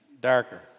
darker